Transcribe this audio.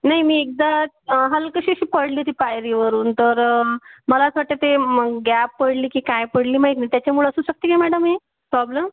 नाही मी एकदा हलकशीशी पडलीती पायरीवरून तर मला असं वाटतं ते मग गॅप पडली की काय पडली माहीत नाही त्याच्यामुळं असू शकते का मॅडम हे प्रॉब्लम